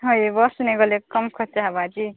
ହଁ ଏ ବସ୍ ନେଇ ଗଲେ କମ୍ ଖର୍ଚ୍ଚ ହେବ ଯେ